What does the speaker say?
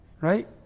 right